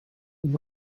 the